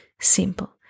simple